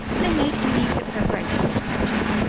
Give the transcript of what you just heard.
they made immediate preparations to capture them.